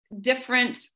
different